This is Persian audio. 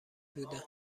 بودند